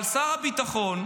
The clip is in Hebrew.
אבל שר הביטחון,